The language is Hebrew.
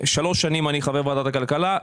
שלוש שנים אני חבר ועדת הכלכלה,